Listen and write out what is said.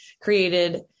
created